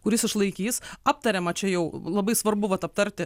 kuris išlaikys aptariama čia jau labai svarbu vat aptarti